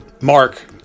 Mark